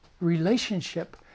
relationship